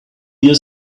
your